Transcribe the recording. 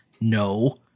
No